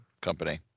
company